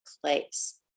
place